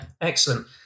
Excellent